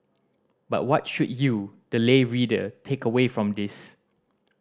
but what should you the lay reader take away from this